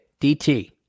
DT